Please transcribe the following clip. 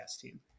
team